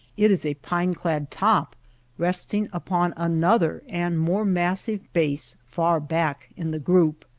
it is a pine-clad top resting upon another and more massive base far back in the group.